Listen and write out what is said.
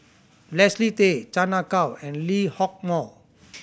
Leslie Tay Chan Ah Kow and Lee Hock Moh